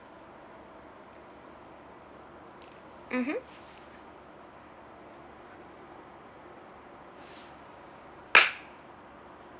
mmhmm